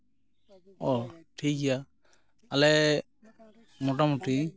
ᱚ ᱴᱷᱤᱠᱜᱮᱭᱟ ᱟᱞᱮ ᱢᱚᱴᱟᱢᱩᱴᱤ